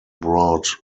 brought